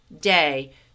day